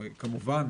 כמובן,